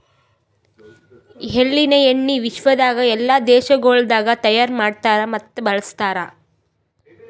ಎಳ್ಳಿನ ಎಣ್ಣಿ ವಿಶ್ವದಾಗ್ ಎಲ್ಲಾ ದೇಶಗೊಳ್ದಾಗ್ ತೈಯಾರ್ ಮಾಡ್ತಾರ್ ಮತ್ತ ಬಳ್ಸತಾರ್